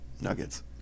nuggets